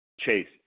chase